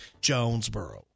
Jonesboro